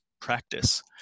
practice